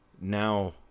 now